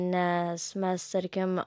nes mes tarkim